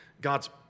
God's